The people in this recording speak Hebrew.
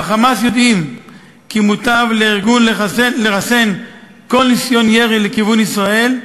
ב"חמאס" יודעים כי מוטב לארגון לרסן כל ניסיון ירי לכיוון ישראל,